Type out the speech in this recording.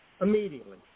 immediately